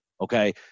Okay